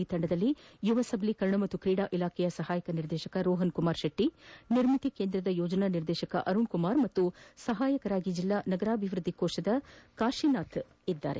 ಈ ತಂಡದಲ್ಲಿ ಯುವ ಸಬಲೀಕರಣ ಪಾಗೂ ಕ್ರೀಡಾಇಲಾಖೆಯ ಸಪಾಯಕ ನಿರ್ದೇಶಕ ರೋಹನ್ ಕುಮಾರ್ ಶೆಟ್ಟಿ ನಿರ್ಮಿತ ಕೇಂದ್ರದ ಯೋಜನಾ ನಿರ್ದೇಶಕ ಅರುಣ್ಕುಮಾರ್ ಮತ್ತು ಸಹಾಯಕರಾಗಿ ಜಿಲ್ಲಾ ನಗರಾಭಿವೃದ್ಧಿ ಕೋಶದ ಕಾಶಿನಾಥ್ ಕಾರ್ಯನಿರ್ವಹಿಸುತ್ತಿದ್ದಾರೆ